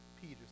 Peter